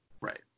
Right